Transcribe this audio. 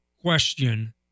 question